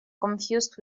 confused